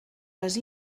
les